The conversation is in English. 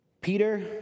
Peter